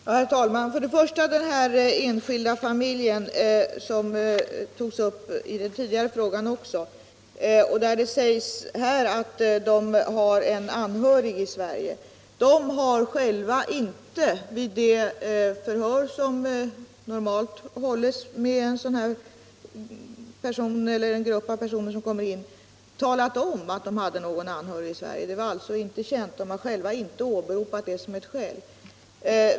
Herr talman! Först vill jag svara på frågan beträffande den enskilda familjen — som togs upp i den tidigare frågan också och beträffande vilken det sägs här att den har en anhörig i Sverige. Men familjens medlemmar har vid det förhör som hållits — och som normalt hålls med en sådan person eller grupp av personer som kommer in i landet — inte själva talat om att de hade någon anhörig i Sverige. De har således inte själva åberopat det som ett skäl för att få stanna. Det var alltså inte kiänt.